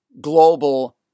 global